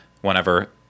whenever